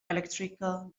electrical